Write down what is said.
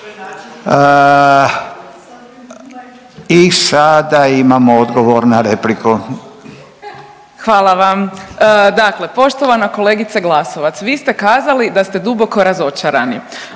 I sada imamo odgovor na repliku. **Burić, Majda (HDZ)** Hvala vam. Dakle poštovana kolegice Glasovac, vi ste kazali da ste duboko razočarani,